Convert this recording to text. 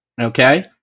Okay